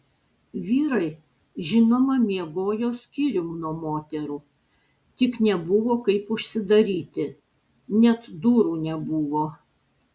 vyrai žinoma miegojo skyrium nuo moterų tik nebuvo kaip užsidaryti net durų nebuvo